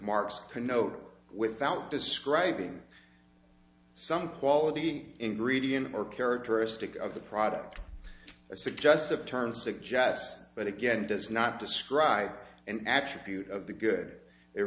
marks connote without describing some quality ingredient or characteristic of the product a suggestive term suggests but again does not describe an actual beauty of the good it